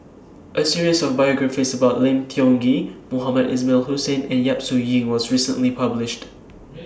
A series of biographies about Lim Tiong Ghee Mohamed Ismail Hussain and Yap Su Yin was recently published